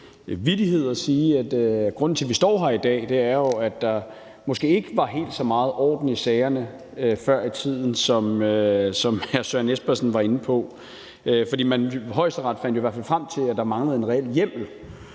grunden til, at vi står her i dag, jo er, at der måske ikke var helt så meget orden i sagerne før i tiden, som hr. Søren Espersen var inde på. For Højesteret fandt jo i hvert fald frem til, at der manglede en reel hjemmel.